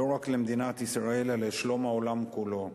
רק למדינת ישראל אלא לשלום העולם כולו.